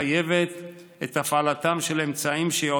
בזה.